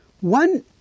one